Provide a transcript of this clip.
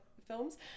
films